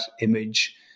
image